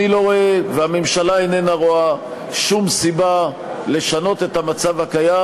אני לא רואה והממשלה איננה רואה שום סיבה לשנות את המצב הקיים,